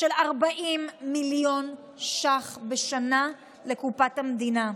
היא עלות של 40 מיליון בשנה לקופת המדינה.